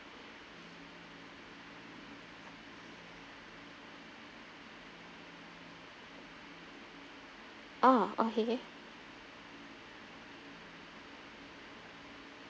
ah okay